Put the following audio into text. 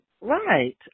Right